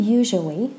usually